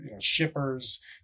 shippers